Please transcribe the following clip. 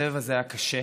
הסבב הזה היה קשה.